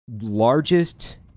largest